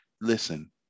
listen